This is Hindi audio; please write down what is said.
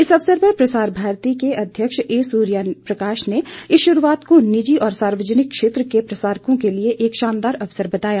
इस अवसर पर प्रसार भारती के अध्यक्ष ए सूर्य प्रकाश ने इस शुरूआत को निजी और सार्वजनिक क्षेत्र के प्रसारकों के लिए एक शानदार अवसर बताया